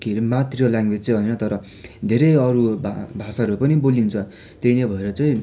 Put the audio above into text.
के अरे मातृ ल्याङ्गवेज चाहिँ होइन तर धेरै अरू भाषाहरू पनि बोलिन्छ त्यही नै भएर चाहिँ